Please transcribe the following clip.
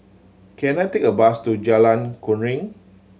can I take a bus to Jalan Keruing